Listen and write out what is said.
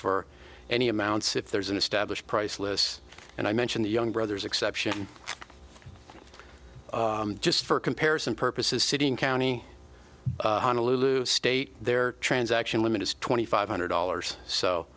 for any amounts if there's an established priceless and i mention the young brothers exception just for comparison purposes city and county honolulu state their transaction limit is twenty five hundred dollars so